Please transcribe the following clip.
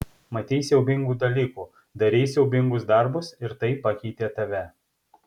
matei siaubingų dalykų darei siaubingus darbus ir tai pakeitė tave